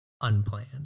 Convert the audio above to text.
unplanned